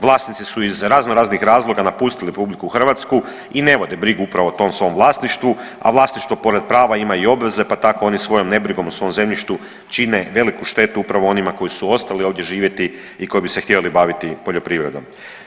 Vlasnici su iz raznoraznih razloga napustili RH i ne vode brigu upravo o tom svom vlasništvu, a vlasništvo pored prava ima i obveze pa tako oni svojom nebrigom o svom zemljištu čine veliku štetu upravo onima koji su ostali ovdje živjeti i koji bi se htjeli baviti poljoprivredom.